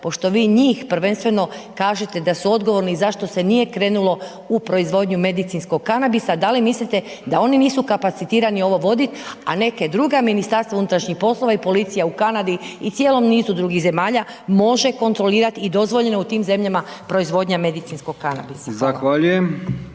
pošto vi njih prvenstveno kažete da su odgovorni i zašto se nije krenulo u proizvodnju medicinskog kanabisa, da li mislite da oni nisu kapacitirani ovo vodit, a neka druga Ministarstva unutrašnjih poslova i policija u Kanadi i cijelom nizu drugih zemalja može kontrolirat i dozvoljeno je u tim zemljama proizvodnja medicinskog kanabisa?